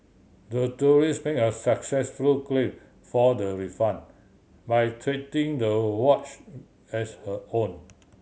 the tourist made a successful claim for the refund by treating the watch as her own